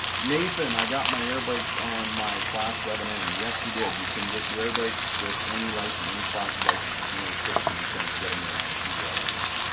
nathan i got my air brakes on my class seven n yes you did you can get your air brakes with any license any class of license there's no restriction in terms of getting that on a cdl license